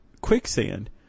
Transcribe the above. quicksand